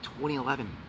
2011